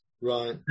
Right